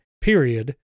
period